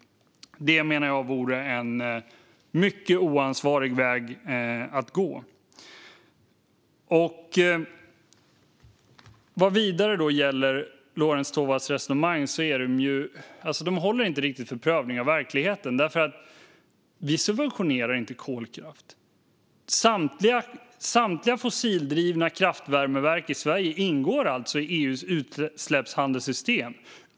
Det, menar jag, vore en mycket oansvarig väg att gå. Vad vidare gäller Lorentz Tovatts resonemang håller de inte riktigt för prövning av verkligheten. Vi subventionerar inte kolkraft. Samtliga fossildrivna kraftvärmeverk i Sverige ingår i EU:s utsläppshandelssystem.